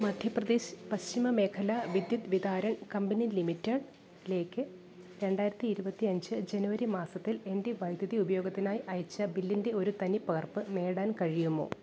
മധ്യപ്രദേശ് പശ്ചിമ മേഖല വിദ്യുത് വിതാരൺ കമ്പനി ലിമിറ്റഡിലേക്ക് രണ്ടായിരത്തി ഇരുപത്തി അഞ്ച് ജനുവരി മാസത്തിൽ എന്റെ വൈദ്യുതി ഉപയോഗത്തിനായി അയച്ച ബില്ലിന്റെ ഒരു തനിപ്പകർപ്പ് നേടാൻ കഴിയുമോ